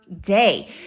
day